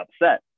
upset